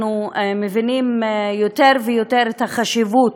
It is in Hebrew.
אנחנו מבינים יותר ויותר את החשיבות